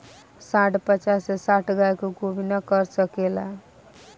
सांड पचास से साठ गाय के गोभिना कर सके ला